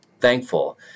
thankful